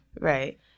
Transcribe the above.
right